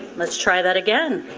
let's try that again.